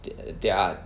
thei~ their